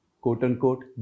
quote-unquote